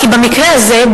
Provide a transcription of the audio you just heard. כי במקרה הזה,